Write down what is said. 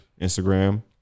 Instagram